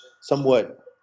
somewhat